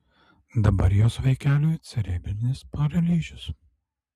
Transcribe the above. dabar jos vaikeliui cerebrinis paralyžius